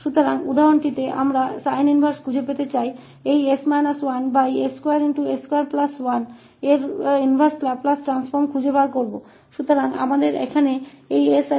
अंतिम उदाहरण हम इस प्रतिलोम लाप्लास रूपान्तरण को ज्ञात करना चाहते हैं s 1s2s21